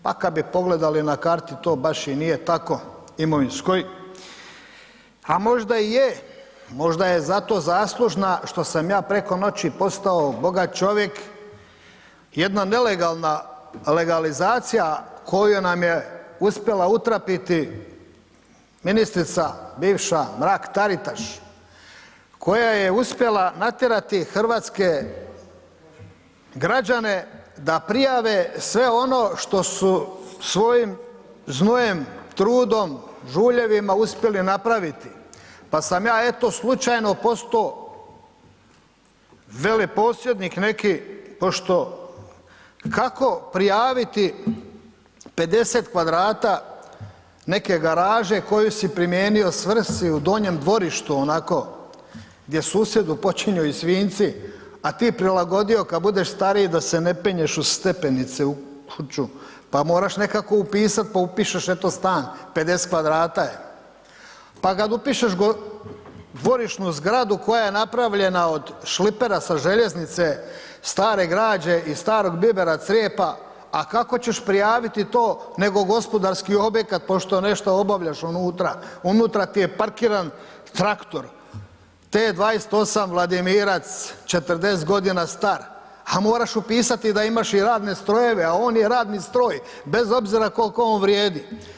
Pa kad bi pogledali na karti to baš i nije tako, imovinskoj, a možda i je, možda je za to zaslužna što sam ja preko noći postao bogat čovjek jedna nelegalna legalizacija koju nam je uspjela utrapiti ministrica bivša Mrak Taritaš, koja je uspjela natjerati hrvatske građane da prijave sve ono što su svojim znojem, trudom, žuljevima uspjeli napraviti, pa sam ja eto slučajno posto veleposjednik neki pošto, kako prijaviti 50m2 neke garaže koju si primijenio svrsi u donjem dvorištu onako gdje susjedu počinju i svinjci, a ti prilagodio kad budeš stariji da se ne penješ uz stepenice u kuću, pa moraš nekako upisat, pa upišeš eto stan 50m2 je, pa kad upišeš dvorišnu zgradu koja je napravljena od šlepera sa željeznice, stare građe i starog bibera crijepa, a kako ćeš prijaviti to nego gospodarski objekat pošto nešto obavljaš unutra, unutra ti je parkiran traktor T-28 Vladimirac, 40.g. star, ha moraš upisati da imaš i radne strojeve, a on je radni stroj bez obzira kolko on vrijedi.